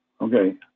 Okay